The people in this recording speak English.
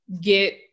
get